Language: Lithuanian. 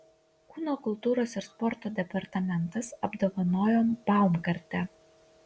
kūno kultūros ir sporto departamentas apdovanojo baumgartę